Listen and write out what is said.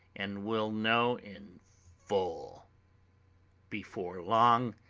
and will know in full before long,